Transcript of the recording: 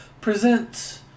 present